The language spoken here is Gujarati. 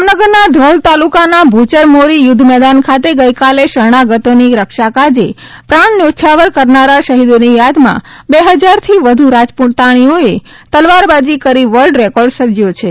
જામનગરના ધ્રોલ તાલુકાના ભૂચર મોટી યુદ્ધ મેદાન ખાતે ગઇકાલે શરણાગતોની રક્ષા કાજે પ્રાણ ન્યોછાવર કરનારા શહિદોની યાદમાં બે હજારથી વધુ રાજપુતાણીઓએ તલવારબાજી કરી વર્લ્ડ રેકોર્ડ સર્જ્યો છે